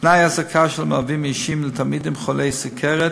תנאי ההעסקה של המלווים האישיים של תלמידים חולי סוכרת